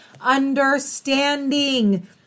understanding